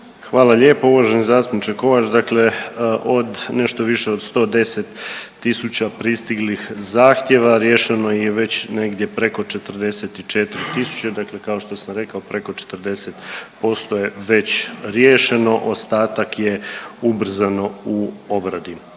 Hvala lijepo uvaženi zastupniče Kovač, dakle od nešto više od 110 tisuća pristiglih zahtjeva, riješeno ih je već negdje preko 44 tisuće. Dakle, kao što sam rekao preko 40% je već riješeno. Ostatak je ubrzano u obradi.